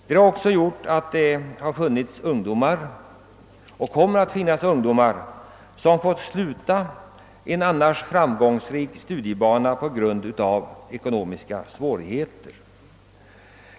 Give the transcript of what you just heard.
Detta har också gjort att det funnits och kommer att finnas ungdomar som fått sluta en annars framgångsrik studiebana på grund av ekonomiska svårigheter.